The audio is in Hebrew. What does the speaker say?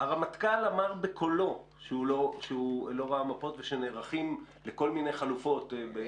הרמטכ"ל אמר בקולו שהוא לא ראה מפות ושנערכים לכל מיני חלופות.